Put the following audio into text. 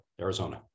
Arizona